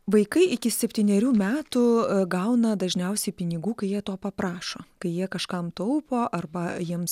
vaikai iki septynerių metų gauna dažniausiai pinigų kai jie to paprašo kai jie kažkam taupo arba jiems